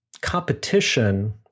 competition